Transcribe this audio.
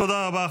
תודה רבה.